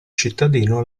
cittadino